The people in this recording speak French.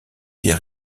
des